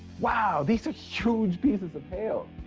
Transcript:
wow, these are huge pieces of hail.